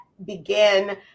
begin